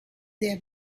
there